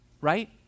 right